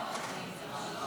הוראת שעה,